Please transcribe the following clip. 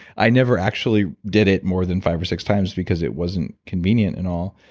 i never actually did it more than five or six times, because it wasn't convenient and all,